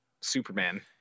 Superman